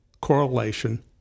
correlation